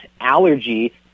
allergy